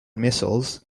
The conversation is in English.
missiles